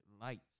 Lights